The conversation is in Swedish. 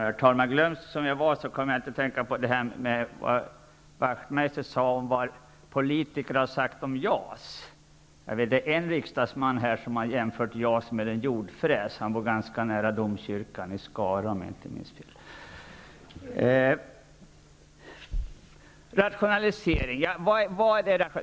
Herr talman! Glömsk som jag var kom jag inte att tänka på vad Wachtmeister sade om vad politikerna tidigare har sagt om JAS. Jag vet att en riksdagsman har jämfört JAS med en jordfräs. Han bor ganska nära domkyrkan i Skara, om jag inte minns fel. Vad är rationalisering?